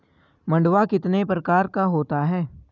मंडुआ कितने प्रकार का होता है?